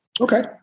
Okay